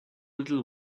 little